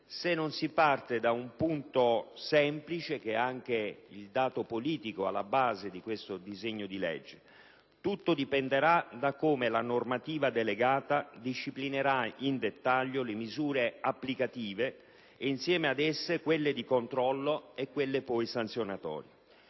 necessario partire da un punto semplice, che è anche il dato politico alla base di questo disegno di legge: tutto dipenderà da come la normativa delegata disciplinerà in dettaglio le misure applicative e insieme ad esse quelle di controllo e quelle sanzionatorie.